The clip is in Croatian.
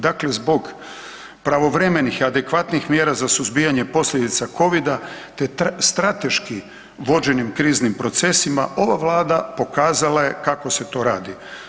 Dakle, zbog pravovremenih i adekvatnih mjera za suzbijanje posljedica Covida te strateški vođenim kriznim procesima ova Vlada pokazala je kako se to radi.